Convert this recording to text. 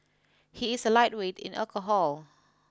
he is a lightweight in alcohol